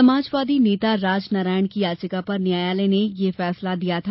समाजवादी नेता राज नारायण की याचिका पर न्यायालय ने यह फैसला दिया था